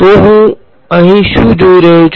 તો હું અહીં શું જોઈ રહ્યો છું